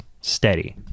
steady